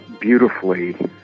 beautifully